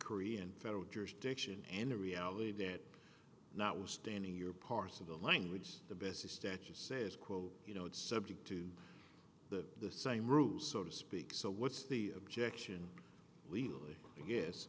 korean federal jurisdiction and the reality that not withstanding your parts of the language the best statute says quote you know it's subject to the same rules so to speak so what's the objection legally i guess